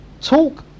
talk